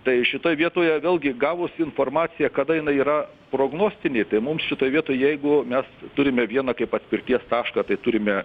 tai šitoj vietoje vėlgi gavus informaciją kada jinai yra prognostinė tai mums šitoj vietoj jeigu mes turime vieną kaip atspirties tašką tai turime